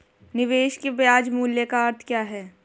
निवेश के ब्याज मूल्य का अर्थ क्या है?